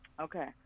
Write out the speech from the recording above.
Okay